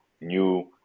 new